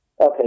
Okay